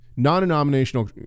non-denominational